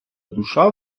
душа